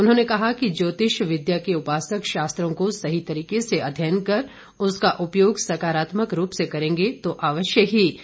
उन्होंने कहा कि ज्योतिष विद्या के उपासक शास्त्रों को सही तरीके से अध्ययन कर उसका उपयोग सकारात्मक रूप से करेंगे तो अवश्य ही समाज का कल्याण होगा